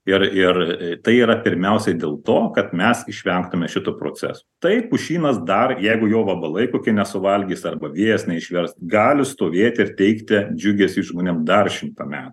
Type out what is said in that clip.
ir ir tai yra pirmiausiai dėl to kad mes išvengtume šito proceso tai pušynas dar jeigu jo vabalai kokie nesuvalgys arba vėjas neišvers gali stovėti ir teikti džiugesį žmonėm dar šimtą metų